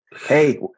Hey